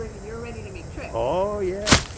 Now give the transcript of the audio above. ah you were ready to make trips oh, yeah. yeah,